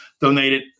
donated